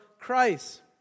Christ